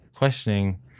questioning